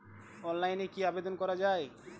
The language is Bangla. অনলাইনে কি আবেদন করা য়ায়?